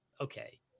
okay